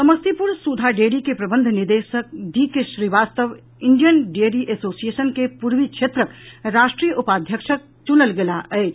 Samastipur Sudha dairy के प्रबंध निदेशक D K Srivastava Indian dairy association के पूर्वी क्षेत्रक राष्ट्रीय उपाध्यक्षक चुनल गेलाह अछि